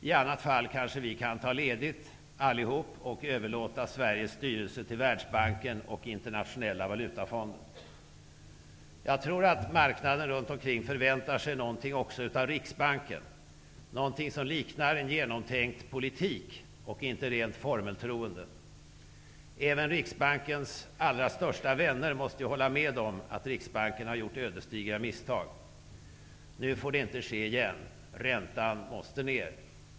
I annat fall kanske vi kan ta ledigt allihop och överlåta Sveriges styrelse till Världsbanken och Internationella valutafonden. Jag tror att marknaden runt omkring förväntar sig något också av Riksbanken, något som liknar en genomtänkt politik och inte rent formeltroende. Även Riksbankens allra största vänner måste hålla med om att Riksbanken har gjort ödesdigra misstag. Nu får det inte ske igen. Räntan måste ned.